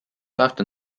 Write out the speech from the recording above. often